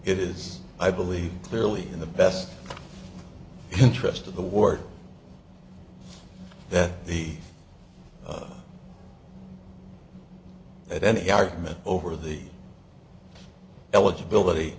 it is i believe clearly in the best interest of the ward that the at any argument over the eligibility